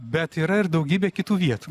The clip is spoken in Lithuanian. bet yra ir daugybė kitų vietų